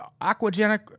aquagenic